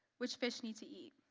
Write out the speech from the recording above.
which fish need to eat.